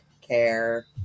Care